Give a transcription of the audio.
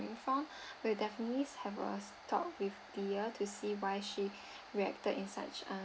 coming from we will definitely have a talk with the her to see why she reacted in such a